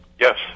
Yes